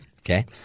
Okay